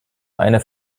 eine